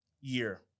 year